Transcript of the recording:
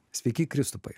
sveiki kristupai